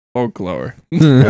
Folklore